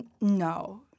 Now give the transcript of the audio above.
No